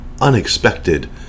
unexpected